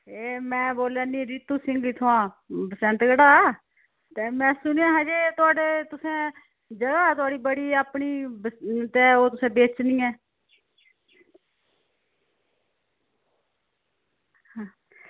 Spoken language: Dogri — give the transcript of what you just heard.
एह् में बोल्ला नी रितु सिंह इत्थुआं बसैंतगढ़ दा ते में सुनेआ की तुसें थुआढ़े जगह बड़ी अपनी ते ओह् तुसें बेचनी ऐ